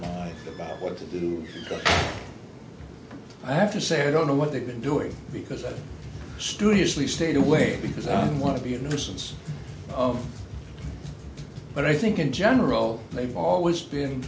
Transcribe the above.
country about what to do but i have to say i don't know what they've been doing because i studiously stayed away because i don't want to be a nuisance of but i think in general they've always been